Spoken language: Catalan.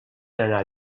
anar